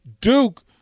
Duke